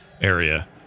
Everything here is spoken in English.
area